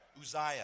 Uzziah